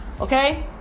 Okay